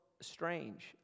strange